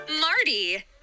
Marty